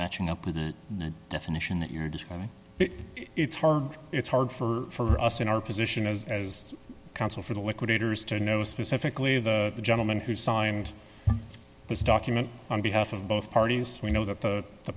matching up with a definition that you're describing it's hard it's hard for us in our position as as counsel for the liquidators to know specifically the gentleman who signed this document on behalf of both parties we know that the